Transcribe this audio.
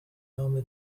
نام